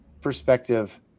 perspective